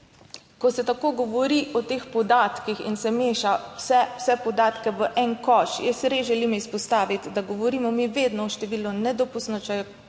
ko se tako govori o teh podatkih in se meša vse podatke v en koš, jaz res želim izpostaviti, da govorimo mi vedno o številu nedopustno